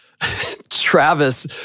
Travis